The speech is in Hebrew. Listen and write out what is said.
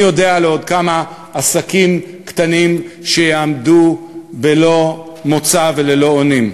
מי יודע לעוד כמה עסקים קטנים שיעמדו בלא מוצא וללא אונים.